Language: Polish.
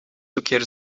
cukier